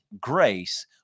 grace